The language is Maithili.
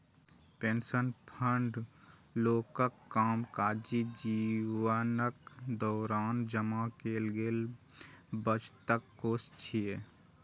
पेंशन फंड लोकक कामकाजी जीवनक दौरान जमा कैल गेल बचतक कोष छियै